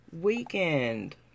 weekend